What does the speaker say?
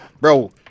bro